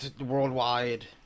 worldwide